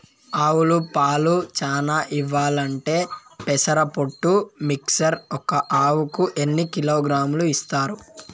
ఆవులు పాలు చానా ఇయ్యాలంటే పెసర పొట్టు మిక్చర్ ఒక ఆవుకు ఎన్ని కిలోగ్రామ్స్ ఇస్తారు?